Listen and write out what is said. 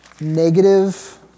negative